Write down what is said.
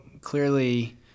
clearly